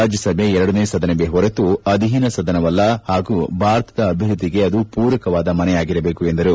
ರಾಜ್ಯಸಭೆ ಎರಡನೆ ಸದನವೇ ಹೊರತು ಅಧೀನ ಸದನವಲ್ಲ ಹಾಗೂ ಭಾರತದ ಅಭಿವೃದ್ದಿಗೆ ಅದು ಪೂರಕವಾದ ಮನೆಯಾಗಿರಬೇಕು ಎಂದರು